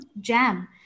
jam